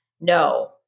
no